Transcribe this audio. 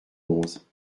onze